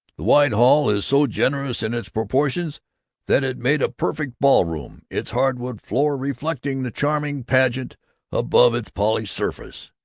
the wide hall is so generous in its proportions that it made a perfect ballroom, its hardwood floor reflecting the charming pageant above its polished surface.